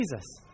Jesus